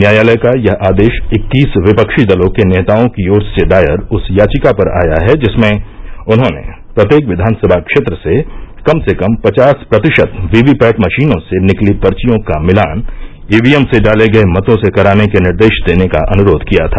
न्यायालय का यह आदेश इक्कीस विपक्षी दलों के नेताओं की ओर से दायर उस याचिका पर आया है जिसमें उन्होंने प्रत्येक विधानसभा क्षेत्र से कम से कम पचास प्रतिशत वीवीपैट मशीनों से निकली पर्वियों का मिलान ईवीएम से डाले गये मतों से कराने के निर्देश देने का अनुरोध किया था